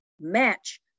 match